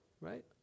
Right